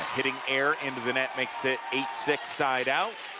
hitting error into the net makes it eight six, sideout